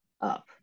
up